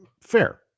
Fair